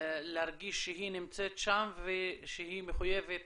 להרגיש שהיא נמצאת שם ושהיא מחויבת